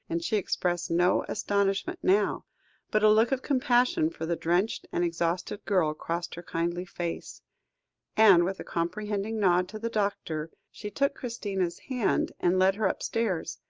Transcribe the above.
and she expressed no astonishment now but a look of compassion for the drenched and exhausted girl crossed her kindly face and, with a comprehending nod to the doctor, she took christina's hand and led her upstairs,